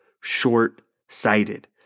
short-sighted